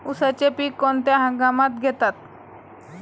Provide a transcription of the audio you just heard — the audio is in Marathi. उसाचे पीक कोणत्या हंगामात घेतात?